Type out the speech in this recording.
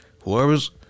Whoever's